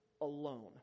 alone